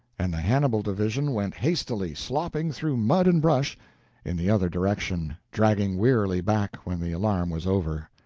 and the hannibal division went hastily slopping through mud and brush in the other direction, dragging wearily back when the alarm was over.